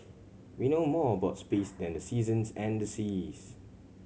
we know more about space than the seasons and the seas